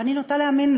ואני נוטה להאמין.